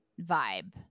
vibe